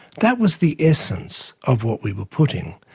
that was the essence of what we were putting.